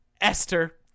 Esther